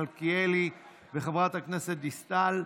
מלכיאלי וחברת הכנסת דיסטל.